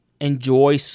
enjoy